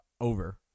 over